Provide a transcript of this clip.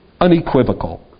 unequivocal